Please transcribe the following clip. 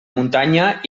muntanya